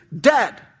dead